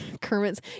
Kermit's